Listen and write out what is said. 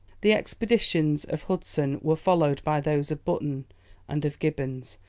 the expeditions of hudson were followed by those of button and of gibbons,